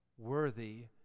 Worthy